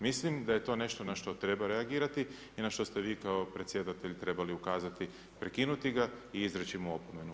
Mislim da je to nešto na što treba reagirati i na što ste vi kao predsjedatelj trebali ukazati, prekinuti ga i izreći mu opomenu.